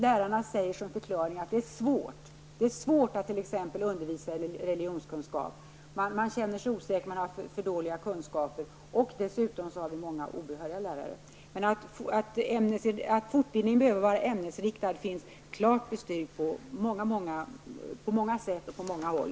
Lärarna säger som förklaring att det är svårt att t.ex. undervisa i religionskunskap. Man känner sig osäker och har för dåliga kunskaper. Dessutom har vi många obehöriga lärare. Att fortbildningen behöver vara ämnesinriktad finns alltså klart bestyrkt på många sätt och på många håll.